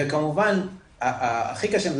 וכמובן הכי קשים,